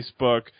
Facebook